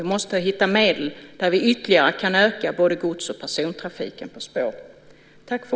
Vi måste hitta medel för att ytterligare kunna öka både gods och persontrafiken på spår.